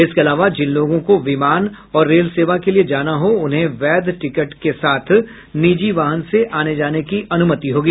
इसके अलावा जिन लोगों को विमान और रेल सेवा के लिए जाना हो उन्हें वैद्य टिकट के साथ निजी वाहन से आनेजाने की अनुमति होगी